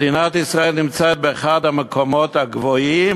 מדינת ישראל נמצאת באחד המקומות הגבוהים